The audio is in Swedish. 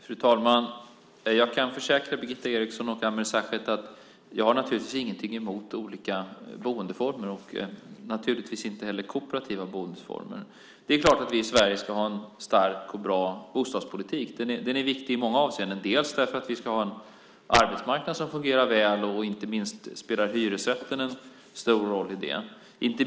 Fru talman! Jag kan försäkra Birgitta Eriksson och Ameer Sachet att jag naturligtvis inte har något emot olika boendeformer, inte heller kooperativa boendeformer. Det är klart att vi i Sverige ska ha en stark och bra bostadspolitik. Den är viktig i många avseenden. Vi ska ha en arbetsmarknad som fungerar väl och i det spelar inte minst hyresrätten en stor roll.